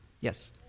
Yes